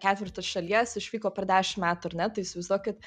ketvertas šalies išvyko per dešim metų ar ne tai įsivaizduokit